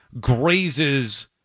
grazes